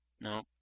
No